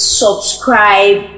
subscribe